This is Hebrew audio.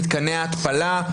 מתקני ההתפלה.